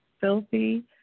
filthy